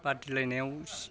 बादिलायनायाव